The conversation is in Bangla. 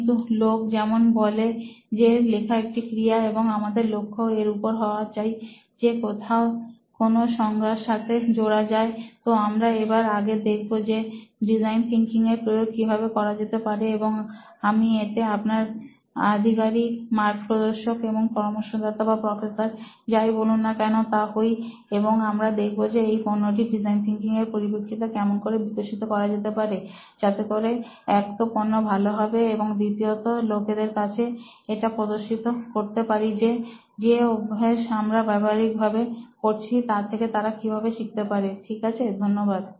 কিন্তু লোক যেমন বলে যে লেখা একটি ক্রিয়া এবং আমাদের লক্ষ্য এর উপর হওয়া চাই যে কোথায় কোন সংজ্ঞা সাথে জোড়া যায় তো আমরা এবার আগে দেখব যে ডিজাইন থিংকিং এর প্রয়োগ কিভাবে করা যেতে পারে এবং আমি এতে আপনার আধিকারিক মার্গ প্রদর্শক বা পরামর্শদাতা বা প্রফেসর যাই বলুন না কেন তা হই এবং আমরা দেখব যে এই পণ্যটি ডিজাইন থিনকিং এর পরিপ্রেক্ষিতে কেমন করে বিকশিত করা যেতে পারে যাতে করে এক তো পণ্য ভালো হবে এবং দ্বিতীয়তো লোকেদের কাছে এটা প্রদর্শিত করতে পারি যে যে অভ্যাস আমরা ব্যবহারিকভাবে করছি তা থেকে তারা কিভাবে শিখতে পারে ঠিক আছে ধন্যবাদ